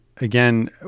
again